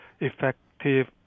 effective